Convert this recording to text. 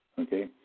Okay